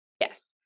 Yes